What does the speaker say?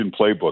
playbook